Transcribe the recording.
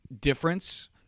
difference